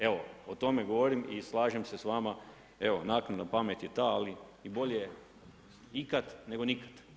Evo, o tome govorim i slažem se s vama, evo naknadna pamet je ta, ali i bolje ikad nego nikad.